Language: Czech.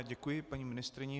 Děkuji paní ministryni.